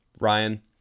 Ryan